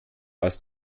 aus